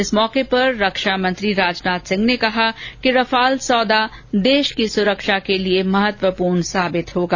इस मौके पर रक्षामंत्री राजनाथ सिंह ने कहा कि रफाल सौदा देश की सुरक्षा के लिए महत्वपूर्ण साबित होगा